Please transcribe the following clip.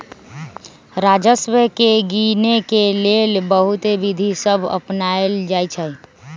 राजस्व के गिनेके लेल बहुते विधि सभ अपनाएल जाइ छइ